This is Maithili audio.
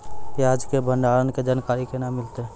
प्याज के भंडारण के जानकारी केना मिलतै?